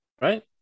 Right